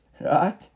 right